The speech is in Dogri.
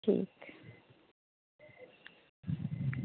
ठीक